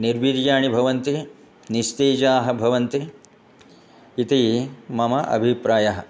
निर्वीर्याः भवन्ति निस्तेजाः भवन्ति इति मम अभिप्रायः